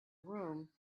room